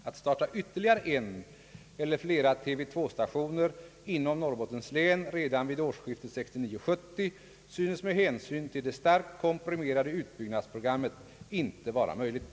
Att starta ytterligare en eller flera TV 2-stationer inom Norrbottens län redan vid årsskiftet 1969/70 synes med hänsyn till det starkt komprimerade utbyggnadsprogrammet inte vara möjligt.